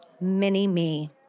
Mini-Me